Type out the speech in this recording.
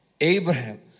Abraham